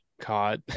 caught